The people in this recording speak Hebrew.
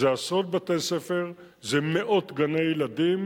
זה עשרות בתי-ספר, זה מאות גני-ילדים